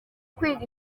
kwiga